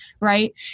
right